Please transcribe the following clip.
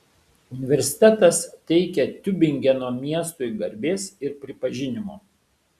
universitetas teikia tiubingeno miestui garbės ir pripažinimo